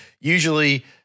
usually